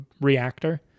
reactor